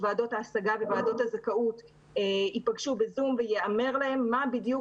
ועדות ההשגה וועדות הזכאות ייפגשו בזום וייאמר להם מהי בדיוק